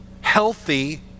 healthy